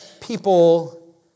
people